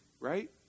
right